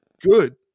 good